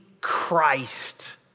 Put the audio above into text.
Christ